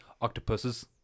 octopuses